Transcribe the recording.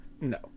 No